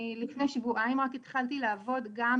אני לפני שבועיים רק התחלתי לעבוד וגם,